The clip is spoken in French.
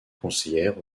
conseillère